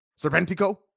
Serpentico